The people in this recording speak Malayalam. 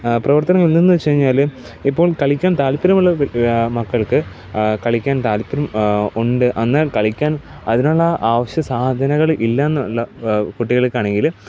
പ്രവർത്തനങ്ങൾ എന്തെന്ന് വെച്ച് കഴിഞ്ഞാല് ഇപ്പോൾ കളിക്കാൻ താല്പര്യമുള്ള മക്കൾക്ക് കളിക്കാൻ താല്പര്യം ഉണ്ട് എന്നാൽ കളിക്കാൻ അതിനുള്ള ആവശ്യ സാധനങ്ങൾ ഇല്ല എന്നുള്ള കുട്ടികൾക്കാണെങ്കില്